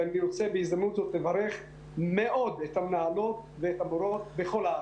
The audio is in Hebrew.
ואני רוצה בהזדמנות זאת לברך מאוד את המנהלות ואת המורות בכל הארץ.